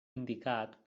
indicat